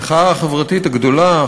המחאה החברתית הגדולה,